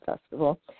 Festival